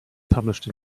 published